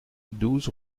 douze